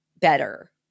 better